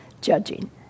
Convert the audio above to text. judging